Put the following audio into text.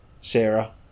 Sarah